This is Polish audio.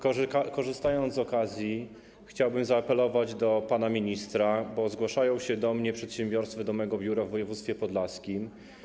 Korzystając z okazji, chciałbym zaapelować do pana ministra, bo zgłaszają się do mnie przedsiębiorcy, do mojego biura w województwie podlaskim.